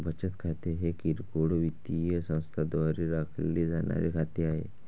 बचत खाते हे किरकोळ वित्तीय संस्थांद्वारे राखले जाणारे खाते आहे